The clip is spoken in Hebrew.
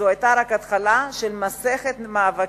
זו היתה רק התחלה של מסכת מאבקים,